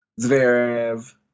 Zverev